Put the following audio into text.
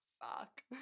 Fuck